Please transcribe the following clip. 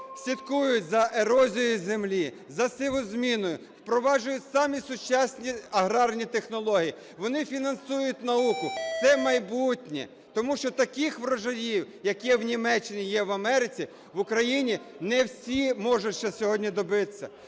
слідкують за ерозією землі, за сівозміною, впроваджують самі сучасні аграрні технології, вони фінансують науку – це майбутнє. Тому що таких врожаїв, які є в Німеччині, є в Америці, в Україні не всі можуть ще сьогодні добитися.